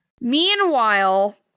Meanwhile